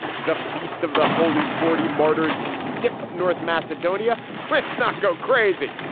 the feast of the holy forty martyrs in stip, north macedonia? let's not go crazy,